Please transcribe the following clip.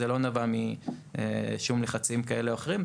זה לא נבע משום לחצים כאלה או אחרים.